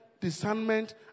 discernment